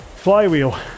Flywheel